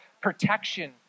protection